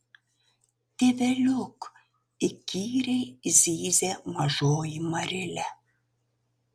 tėveliuk įkyriai zyzė mažoji marilė